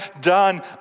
done